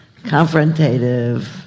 confrontative